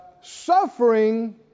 suffering